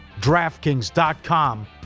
DraftKings.com